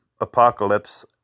Apocalypse